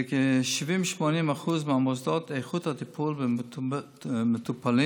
ב-70% 80% מהמוסדות איכות הטיפול במטופלים